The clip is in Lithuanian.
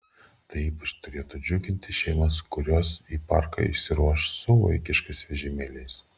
tai ypač turėtų džiuginti šeimas kurios į parką išsiruoš su vaikiškais vežimėliais